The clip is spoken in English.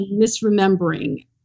misremembering